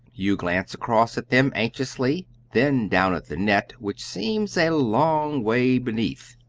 you glance across at them anxiously, then down at the net, which seems a long way beneath.